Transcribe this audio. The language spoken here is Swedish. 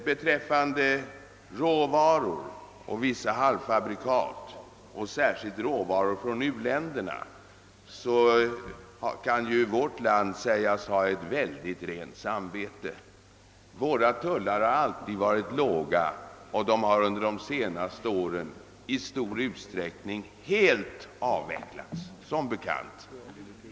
Beträffande råvaror och vissa halvfabrikat — särskilt råvaror från u-länderna — kan vårt land sägas ha ett mycket rent samvete. Våra tullar har alltid varit låga och har under de senaste åren som bekant i stor utsträckning helt avvecklats.